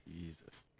Jesus